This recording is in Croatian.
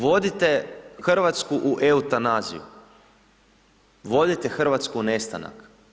Vodite Hrvatsku u eutanaziju, vodite Hrvatsku u nestanak.